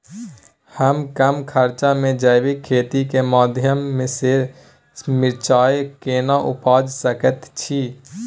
हम कम खर्च में जैविक खेती के माध्यम से मिर्चाय केना उपजा सकेत छी?